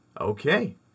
Okay